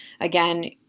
Again